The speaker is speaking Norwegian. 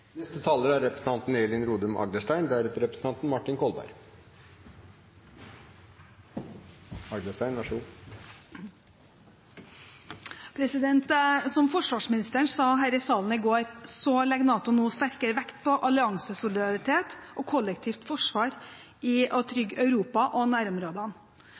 Som forsvarsministeren sa her i salen i går, legger NATO nå sterkere vekt på alliansesolidaritet og kollektivt forsvar for å trygge Europa og nærområdene.